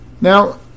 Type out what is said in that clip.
Now